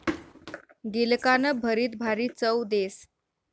गिलकानं भरीत भारी चव देस